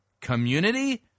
community